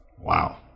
Wow